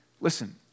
listen